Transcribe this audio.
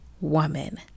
woman